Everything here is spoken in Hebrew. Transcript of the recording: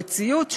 בציוץ,